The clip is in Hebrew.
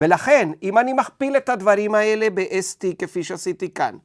ולכן, אם אני מכפיל את הדברים האלה ב-ST, כפי שעשיתי כאן...